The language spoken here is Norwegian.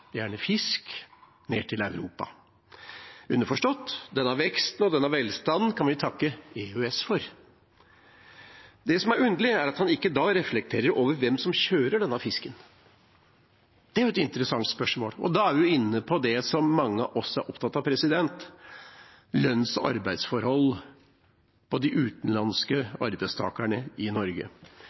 gjerne fisk, ned til Europa. Underforstått, denne veksten og denne velstanden kan vi takke EØS for. Det som er underlig, er at han ikke da reflekterer over hvem som kjører denne fisken. Det er jo et interessant spørsmål. Da er vi inne på det som mange av oss er opptatt av, lønns- og arbeidsforhold og de utenlandske arbeidstakerne i Norge.